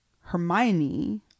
Hermione